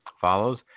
follows